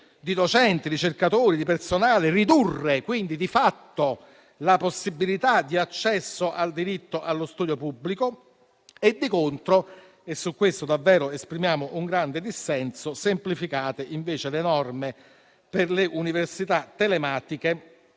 di docenti, di ricercatori e di personale, quindi di fatto ridurre la possibilità di accesso al diritto allo studio pubblico. Di contro - e su questo davvero esprimiamo un grande dissenso - semplificate le norme per le università telematiche,